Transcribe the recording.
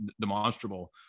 demonstrable